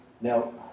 now